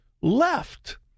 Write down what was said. left